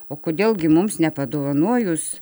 o kodėl gi mums nepadovanojus